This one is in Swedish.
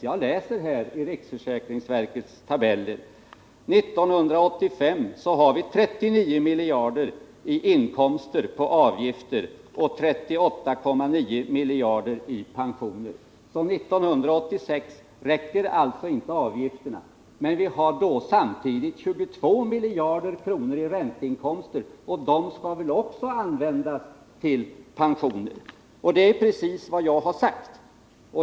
Jag läser i riksförsäkringsverkets tabeller: 1985 har vi 39 miljarder i inkomster av avgifter och 38,9 miljarder i pensioner. 1986 räcker alltså inte avgifterna. Men vi kar då 22 miljarder kronor i ränteinkomster, och de skall väl också användas till pensioner? Det är precis vad jag har sagt.